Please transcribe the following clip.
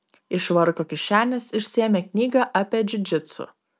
iš švarko kišenės išsiėmė knygą apie džiudžitsu